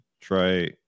try